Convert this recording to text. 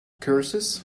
curses